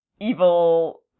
evil